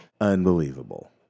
unbelievable